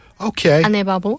Okay